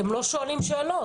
אתם לא שואלים שאלות.